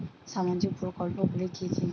সামাজিক প্রকল্পগুলি কি কি?